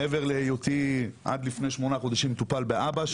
מעבר להיותי עד לפני שמונה חודשים מטופל באבא,